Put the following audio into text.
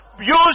Use